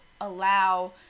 allow